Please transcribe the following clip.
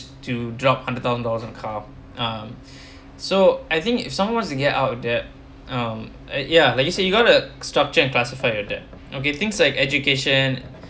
to drop hundred thousand dollar on car um so I think if someone wants to get out of debt um I ya like you say you got to structure and classify your debt okay things like education